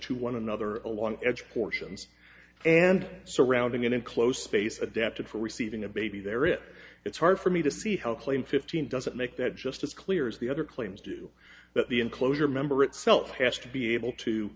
to one another along edge portions and surrounding an enclosed space adapted for receiving a baby there it it's hard for me to see how claim fifteen doesn't make that just as clear as the other claims do that the enclosure member itself has to be able to